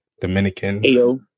Dominican